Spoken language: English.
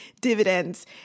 dividends